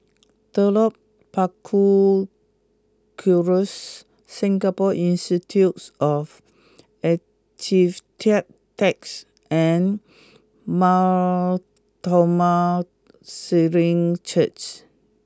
Telok Paku Circus Singapore Institute of and Mar Thoma Syrian Church